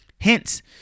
Hence